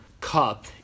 Cup